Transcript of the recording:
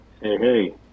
Hey